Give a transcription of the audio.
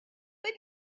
but